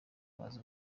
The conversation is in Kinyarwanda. bazi